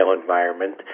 environment